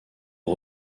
aux